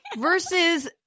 Versus